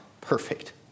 perfect